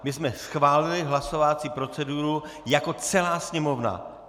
My jsme schválili hlasovací proceduru jako celá Sněmovna.